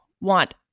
want